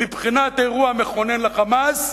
מבחינת אירוע מכונן ל"חמאס",